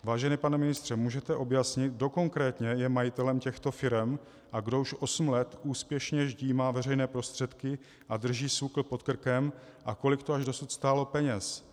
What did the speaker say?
Vážený pane ministře, můžete objasnit, kdo konkrétně je majitelem těchto firem a kdo už osm let úspěšně ždímá veřejné prostředky a drží SÚKL pod krkem a kolik to až dosud stálo peněz?